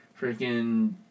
freaking